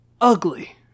ugly